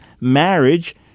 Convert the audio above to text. marriage